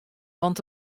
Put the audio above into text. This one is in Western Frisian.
want